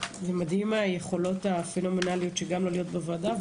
זה מדהים היכולות הפנומנליות של גם לא להיות בוועדה,